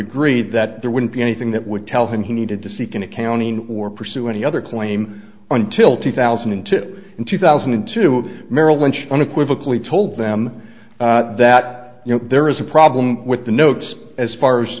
agree that there wouldn't be anything that would tell him he needed to seek an accounting or pursue any other claim on till two thousand and two and two thousand and two merrill lynch unequivocally told them that you know there is a problem with the notes as far as